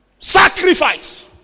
Sacrifice